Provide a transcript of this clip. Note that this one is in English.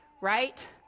right